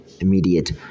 immediate